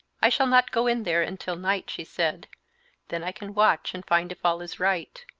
i shall not go in there until night, she said then i can watch and find if all is right.